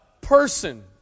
person